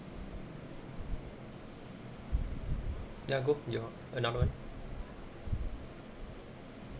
ya go your another [one]